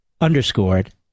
Underscored